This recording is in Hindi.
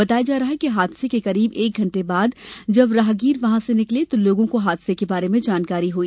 बताया जा रहा है कि हादसे के करीब एक घंटे बाद जब राहगीर वहां से निकले तो लोगों को हादसे के बारे में जानकारी हुई